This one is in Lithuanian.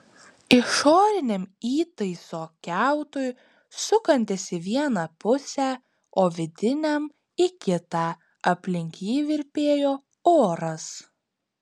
išoriniam įtaiso kiautui sukantis į vieną pusę o vidiniam į kitą aplink jį virpėjo oras